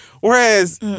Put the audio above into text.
Whereas